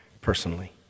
personally